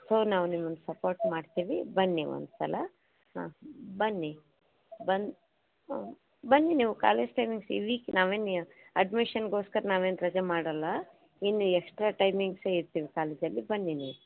so ನಾವು ನಿಮ್ಮನ್ನು support ಮಾಡ್ತೀವಿ ಬನ್ನಿ ಒಂದ್ಸಲ ಹಾಂ ಬನ್ನಿ ಬನ್ ಬನ್ನಿ ನೀವು ಕಾಲೇಜ್ ಟೈಮಿಂಗ್ಸ್ ಈ ವೀಕ್ ನಾವೇನು ಅಡ್ಮಿಷನ್ಗೋಸ್ಕರ ನಾವೇನು ರಜೆ ಮಾಡಲ್ಲ ಇನ್ನೂ ಎಕ್ಸ್ಟ್ರಾ ಟೈಮಿಂಗ್ಸೇ ಇರ್ತೀವಿ ಕಾಲೇಜಲ್ಲಿ ಬನ್ನಿ ನೀವು